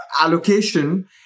allocation